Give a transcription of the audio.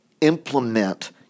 implement